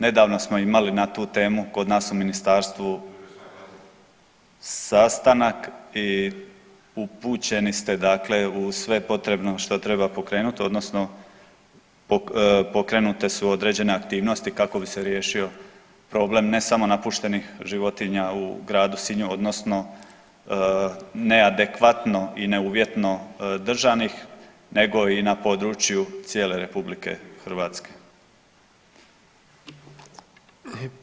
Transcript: Nedavno smo imali na tu temu kod nas u ministarstvu sastanak i upućeni ste, dakle u sve potrebno što treba pokrenuti, odnosno pokrenute su određene aktivnosti kako bi se riješio problem ne samo napuštenih životinja u gradu Sinju, odnosno neadekvatno i ne uvjetno držanih nego i na području cijele Republike Hrvatske.